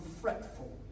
fretful